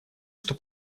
что